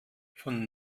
von